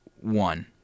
One